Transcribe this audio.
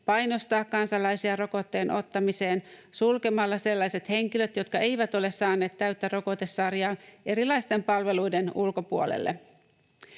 painostaa kansalaisia rokotteen ottamiseen sulkemalla sellaiset henkilöt, jotka eivät ole saaneet täyttä rokotesarjaa, erilaisten palveluiden ulkopuolelle.